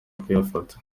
kuyafata